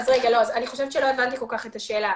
אני חושבת שלא הבנתי את השאלה.